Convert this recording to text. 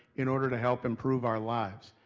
in order to help improve our lives.